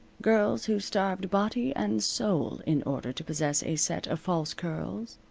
girls who starved body and soul in order to possess a set of false curls,